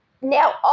Now